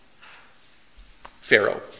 Pharaoh